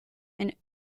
and